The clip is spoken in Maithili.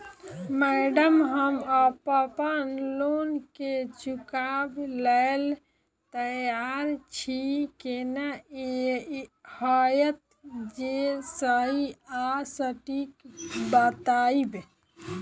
मैडम हम अप्पन लोन केँ चुकाबऽ लैल तैयार छी केना हएत जे सही आ सटिक बताइब?